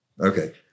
okay